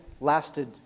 lasted